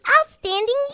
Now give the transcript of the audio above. outstanding